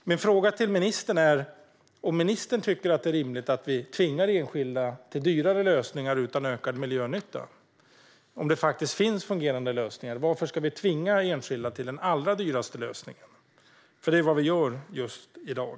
Min fråga till ministern är om ministern tycker att det är rimligt att vi tvingar enskilda till dyrare lösningar utan ökad miljönytta. Om det faktiskt finns olika fungerande lösningar, varför ska vi då tvinga enskilda till den allra dyraste lösningen? Det är vad vi gör i dag.